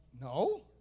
No